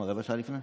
רבע שעה לפני?